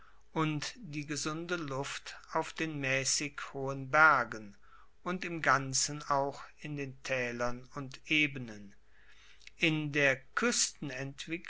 und die gesunde luft auf den maessig hohen bergen und im ganzen auch in den taelern und ebenen in der